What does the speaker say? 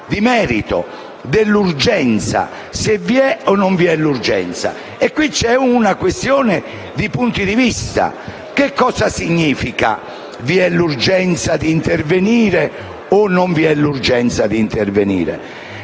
di merito e dell'urgenza: se vi sia o meno l'urgenza. Qui c'è una questione di punti di vista. Che cosa significa che vi è l'urgenza di intervenire o non vi è l'urgenza d'intervenire?